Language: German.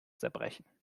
zerbrechen